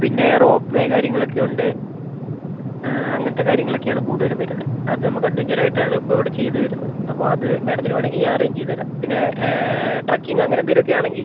പിന്നെ റോപ്വേ കാര്യങ്ങളൊക്കെ ഉണ്ട് അങ്ങനത്തെ കാര്യങ്ങളൊക്കെയാണ് കൂടുതലും വരുന്നത് അത് നമുക്ക് അഡ്വഞ്ചർ ആയിട്ടാണ് ഇപ്പോൾ ഇവിടെ ചെയ്ത് വരുന്നത് അപ്പോൾ അത് മാഡത്തിന് വേണമെങ്കിൽ ഞാൻ അറേഞ്ച് ചെയ്തുതരാം പിന്നെ ട്രക്കിംഗ് അങ്ങനെ എന്തെങ്കിലും ഒക്കെ ആണെങ്കിൽ